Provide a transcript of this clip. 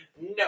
No